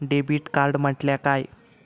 Debit card म्हटल्या काय?